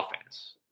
offense